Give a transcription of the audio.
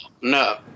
no